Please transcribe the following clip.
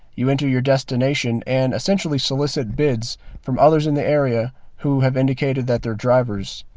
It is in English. you enter your destination and essentially solicit bids from others in the area who have indicated that they're drivers.